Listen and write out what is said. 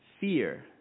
fear